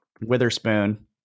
Witherspoon